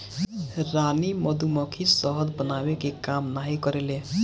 रानी मधुमक्खी शहद बनावे के काम नाही करेले